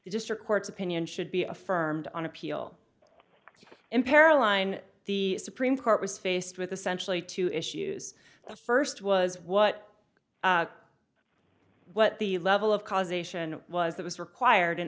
district court's opinion should be affirmed on appeal impera line the supreme court was faced with essential a two issues the first was what what the level of causation was that was required in